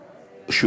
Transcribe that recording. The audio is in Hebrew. רווחה.